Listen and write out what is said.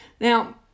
Now